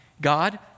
God